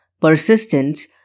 Persistence